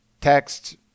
text